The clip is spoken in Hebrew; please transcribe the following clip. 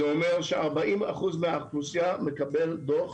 זה אומר ש-40% מהאוכלוסייה מקבלים דוח